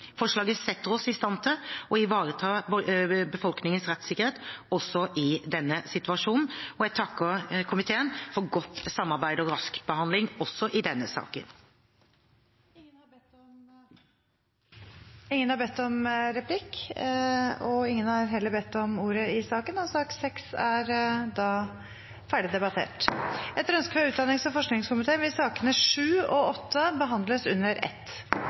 Forslaget setter oss i stand til å ivareta befolkningens rettssikkerhet, også i denne situasjonen, og jeg takker komiteen for godt samarbeid og rask behandling også i denne saken. Flere har ikke bedt om ordet til sak nr. 6. Etter ønske fra utdannings- og forskningskomiteen vil sakene nr. 7 og 8 behandles under ett. Stortinget har med dette imøtekommet regjeringas ønske om hastebehandling av Prop. 102 L for 2019–2020 og